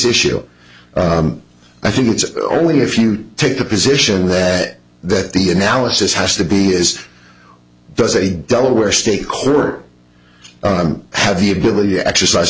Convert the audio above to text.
issue i think it's only if you take the position that that the analysis has to be is does a delaware stake or have the ability to exercise